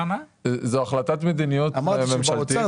זו החלטת מדיניות ממשלתית.